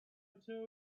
tell